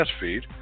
feed